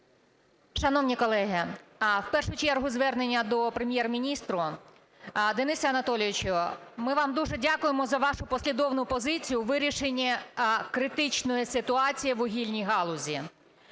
Шановні колеги, в першу чергу звернення до Прем'єр-міністра. Денисе Анатолійовичу, ми вам дуже дякуємо за вашу послідовну позицію в вирішенні критичної ситуації в вугільній галузі.